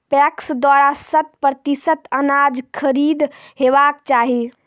PACS द्वारा शत प्रतिसत अनाज खरीद हेवाक चाही?